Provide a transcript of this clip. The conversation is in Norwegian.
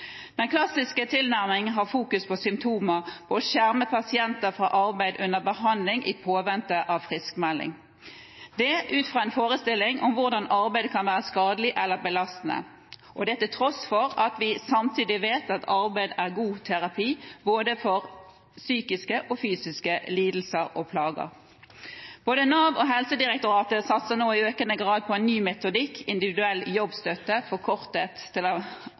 Den klassiske tilnærmingen fokuserer på symptomer og på å skjerme pasienter under behandling fra arbeid i påvente av friskmelding – dette ut fra en forestilling om hvordan arbeid kan være skadelig eller belastende, og til tross for at vi samtidig vet at arbeid er god terapi for både psykiske og fysiske lidelser og plager. Både Nav og Helsedirektoratet satser nå i økende grad på en ny metodikk, Individuell jobbstøtte, forkortet til